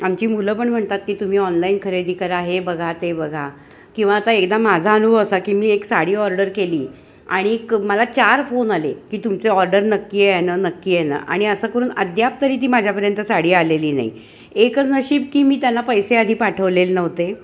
आमची मुलं पण म्हणतात की तुम्ही ऑनलाईन खरेदी करा हे बघा ते बघा किंवा आता एकदा माझा अनुभव असा की मी एक साडी ऑर्डर केली आणिक मला चार फोन आले की तुमचे ऑर्डर नक्की आहे ना नक्की आहे ना आणि असं करून अद्याप तरी ती माझ्यापर्यंत साडी आलेली नाही एकच नशीब की मी त्यांना पैसे आधी पाठवलेले नव्हते